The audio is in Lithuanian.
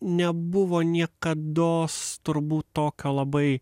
nebuvo niekados turbūt to ką labai